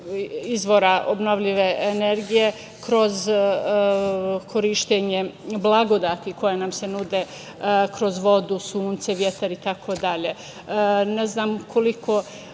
izvora obnovljive energije kroz korišćenje blagodati koje nam se nude kroz vodu, sunce, vetar itd.